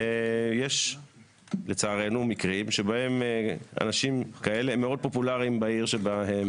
יש לצערנו מקרים שבהם אנשים כאלה מאוד פופולריים בעיר שבה הם